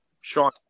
Sean